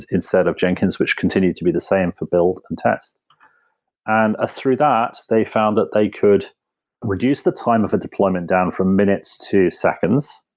instead of jenkins which continue to be the same for build and test and ah through that, they found that they could reduce the time of a deployment down from minutes to seconds.